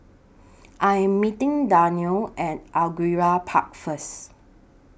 I Am meeting Danelle At Angullia Park First